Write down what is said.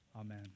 Amen